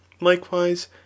Likewise